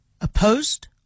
opposed